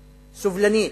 סובלנית,